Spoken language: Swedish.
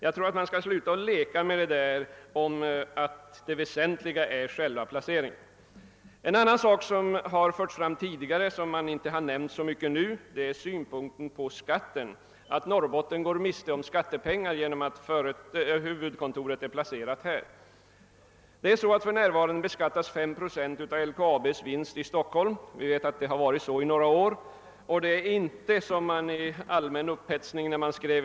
Man måste sluta leka med tanken på att det väsentliga är själva placeringen. Ett argument som förts fram tidigare men som inte berörts så mycket i denna debatt är synpunkten att Norrbotten går miste om skattepengar på grund av att huvudkontoret är placerat i Stockholm.' Sedan några år tillbaka beskattas 5 procent av LKAB:s vinst i Stockholm. Det är inte, som man i upphetsningen skrev.